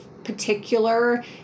particular